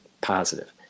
positive